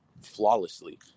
flawlessly